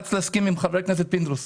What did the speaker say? צריך להסכים עם חבר הכנסת פינדרוס